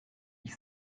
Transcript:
ich